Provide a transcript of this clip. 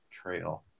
Trail